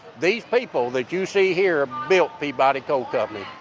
these people that you see here built peabody coal company.